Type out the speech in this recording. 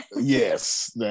yes